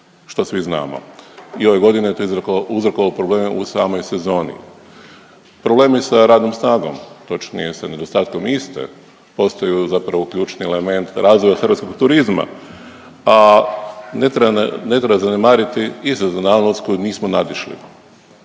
što svi znamo. I ove godine to je uzrokovalo probleme u samoj sezoni. Problemi sa radnom snagom, točnije sa nedostatkom iste postaju zapravo ključni element razvoja hrvatskog turizma, a ne treba zanemariti i sezonalnost koju nismo nadišli.